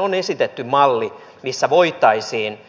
on esitetty malli missä voitaisiin